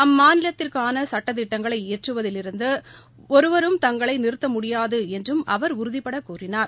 அம்மாநிலத்திற்கான சட்டத்திட்டங்களை இயற்றுவதில் இருந்து ஒருவரும் தங்களை நிறுத்த முடியாது என்றும் அவர் உறுதிப்பட கூறினார்